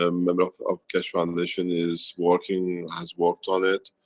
um and of, of keshe foundation is working, has worked on it.